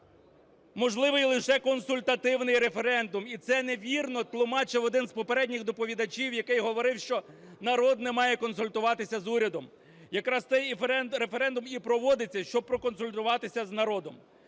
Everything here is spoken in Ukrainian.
можливий лише консультативний референдум. І це невірно тлумачив один з попередніх доповідачів, який говорив, що народ не має консультуватися з урядом. Якраз цей референдум і проводиться, щоб проконсультуватися з народом.